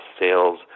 sales